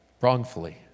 wrongfully